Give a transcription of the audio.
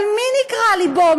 אבל מי נקרע לבו?